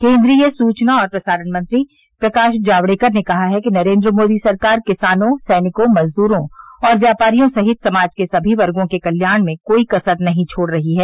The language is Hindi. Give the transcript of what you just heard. केन्द्रीय सूचना और प्रसारण मंत्री प्रकाश जावडेकर ने कहा है कि नरेन्द्र मोदी सरकार किसानों सैनिकों मजदूरों और व्यापारियों सहित समाज के सभी वर्गो के कल्याण में कोई कसर नहीं छोड़ रही है